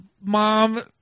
Mom